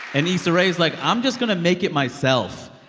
and issa rae is like, i'm just going to make it myself.